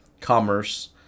commerce